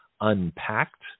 unpacked